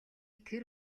тэр